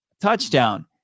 touchdown